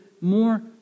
more